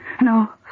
No